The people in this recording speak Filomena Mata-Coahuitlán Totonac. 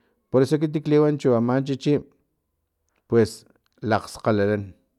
Poreso ekiti liwan chu aman chichi pues lakgskgalalan